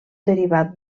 derivat